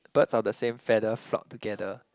birds of the same feather flock together